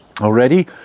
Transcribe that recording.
Already